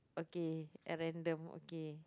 okay and then the okay okay